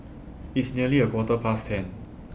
its nearly A Quarter Past ten